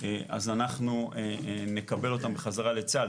אז אנחנו נקבל אותם חזרה לצה"ל.